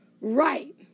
right